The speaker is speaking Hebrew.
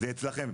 זה אצלכם.